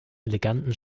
eleganten